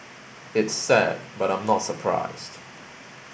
it's sad but I'm not surprised